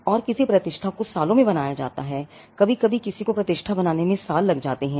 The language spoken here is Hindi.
और किसी प्रतिष्ठा को सालों में बनाया जाता है कभी कभी किसी को प्रतिष्ठा बनाने में कई साल लग जाते हैं